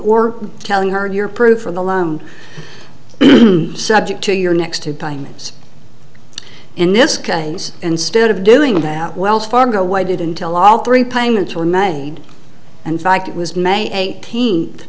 or telling her your proof for the loan subject to your next two payments in this case instead of doing that wells fargo why did until all three payments were made and fact it was may eighteenth